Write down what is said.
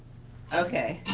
okay.